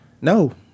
No